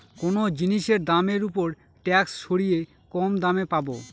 কোনো জিনিসের দামের ওপর ট্যাক্স সরিয়ে কম দামে পাবো